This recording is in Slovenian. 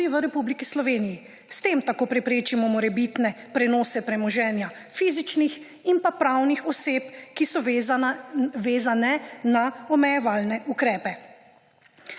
tudi v Republiki Sloveniji. S tem tako preprečimo morebitne prenose premoženja fizičnih in pravnih oseb, ki so vezane na omejevalne ukrepe.